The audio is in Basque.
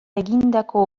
egindako